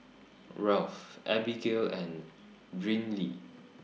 Ralph Abbigail and Brynlee